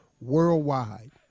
worldwide